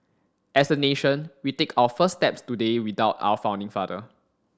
as a nation we take our first steps today without our founding father